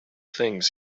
things